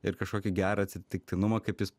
ir kažkokį gerą atsitiktinumą kaip jis